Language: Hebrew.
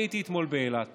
אני הייתי אתמול באילת